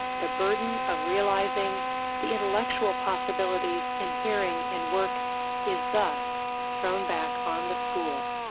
the burden of realizing the intellectual possibilities inhering in work is thus thrown back on the school.